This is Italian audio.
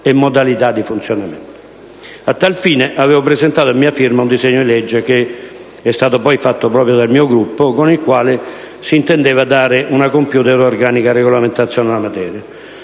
A tal fine, avevo presentato a mia firma un disegno di legge (che è stato poi fatto proprio dal mio Gruppo) con il quale si intendeva dare una compiuta ed organica regolamentazione alla materia.